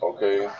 Okay